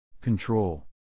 Control